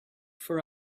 for